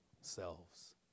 selves